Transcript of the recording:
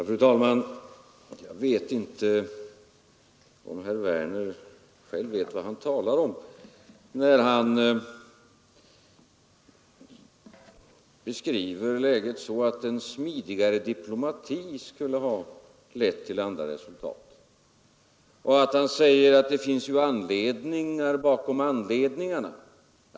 Fru talman! Jag vet inte om herr Werner i Malmö själv vet vad han talar om, när han beskriver läget så att en smidigare diplomati skulle ha lett till andra resultat. Han påstår att det finns anledningar bakom anledningarna.